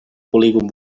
polígon